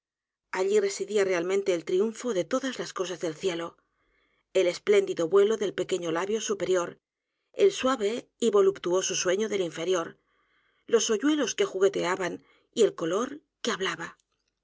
allí residía realmente el triunfo d e t o d a s l a s cosas del cielo e l espléndido vuelo del pequeño labio superior el suave y voluptuoso sueño del inferior los oyuelos que jugueteaban y el color que